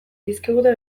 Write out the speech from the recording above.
dizkigute